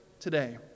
today